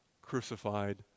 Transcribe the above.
crucified